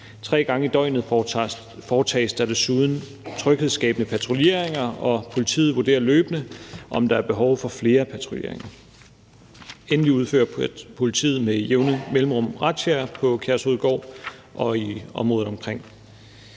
Tre gange i døgnet foretages der desuden tryghedsskabende patruljeringer, og politiet vurderer løbende, om der er behov for flere patruljeringer. Endelig udfører politiet med jævne mellemrum razziaer på Kærshovedgård og i området omkring.